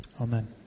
Amen